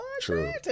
True